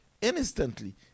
instantly